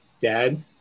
dad